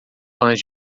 fãs